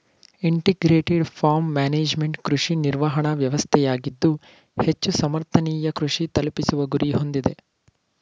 integrated farm management ಕೃಷಿ ನಿರ್ವಹಣಾ ವ್ಯವಸ್ಥೆಯಾಗಿದ್ದು ಹೆಚ್ಚು ಸಮರ್ಥನೀಯ ಕೃಷಿ ತಲುಪಿಸುವ ಗುರಿ ಹೊಂದಿದೆ